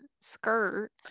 skirt